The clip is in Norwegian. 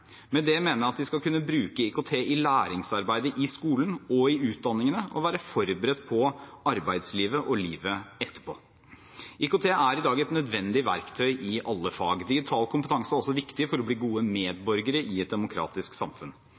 Med det mener jeg at de skal kunne bruke IKT i læringsarbeidet i skolen og i utdanningene og være forberedt på arbeidslivet og livet etterpå. IKT er i dag et nødvendig verktøy i alle fag. Digital kompetanse er også viktig for å bli gode medborgere i et demokratisk samfunn.